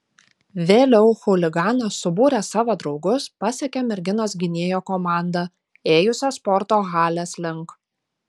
vėliau chuliganas subūręs savo draugus pasekė merginos gynėjo komandą ėjusią sporto halės link